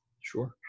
Sure